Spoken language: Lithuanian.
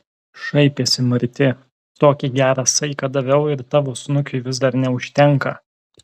šaipėsi marti tokį gerą saiką daviau ir tavo snukiui vis dar neužtenka